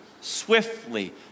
swiftly